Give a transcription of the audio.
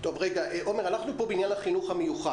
עומר, אנחנו פה בעניין החינוך המיוחד.